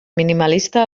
minimalista